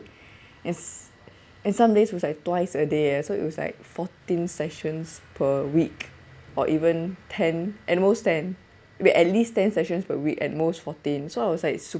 yes in some days it was like twice a day eh so it was like fourteen sessions per week or even ten at most ten wait at least ten sessions per week and at most fourteen so I was like